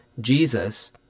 Jesus